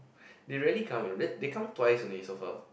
they rarely come you know then they come twice only so far